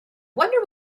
wonder